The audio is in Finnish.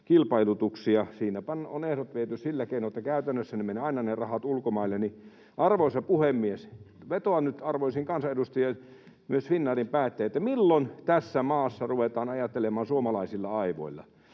Siinäpä on ehdot viety sillä keinoin, että käytännössä ne rahat menevät aina ulkomaille. Arvoisa puhemies! Vetoan nyt arvoisiin kansanedustajiin, myös Finnairin päättäjiin: milloin tässä maassa ruvetaan ajattelemaan suomalaisilla aivoilla?